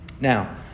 Now